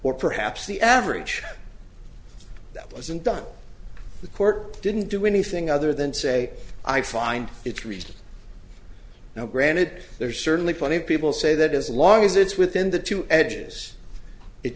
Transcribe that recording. or perhaps the average that wasn't done the court didn't do anything other than say i find it reached now granted there are certainly plenty of people say that as long as it's within the two edges it